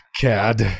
CAD